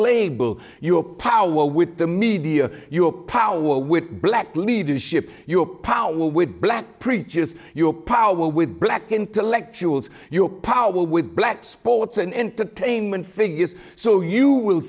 mislabel your power with the media your power with black leadership your power with black preachers your power with black intellectuals your power with black sports and entertainment thing is so you will